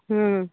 ହୁଁ